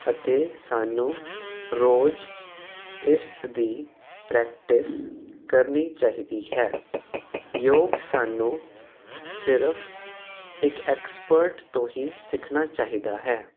ਅਤੇ ਸਾਨੂੰ ਰੋਜ਼ ਇਸ ਦੀ ਪ੍ਰੈਕਟਿਸ ਕਰਨੀ ਚਾਹੀਦੀ ਹੈ ਯੋਗ ਸਾਨੂੰ ਸਿਰਫ਼ ਇੱਕ ਐਕਸਪਰਟ ਤੋਂ ਹੀ ਸਿੱਖਣਾ ਚਾਹੀਦਾ ਹੈ